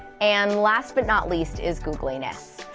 and last, but not least, is googleyness.